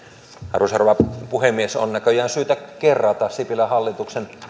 arvoisa rouva puhemies on näköjään syytä kerrata sipilän hallituksen